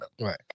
right